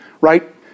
right